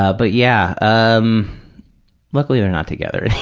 ah but yeah, um luckily, they're not together